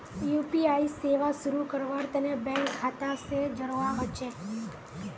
UPI सेवा शुरू करवार तने बैंक खाता स जोड़वा ह छेक